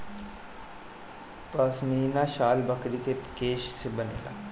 पश्मीना शाल बकरी के केश से बनेला